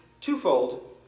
twofold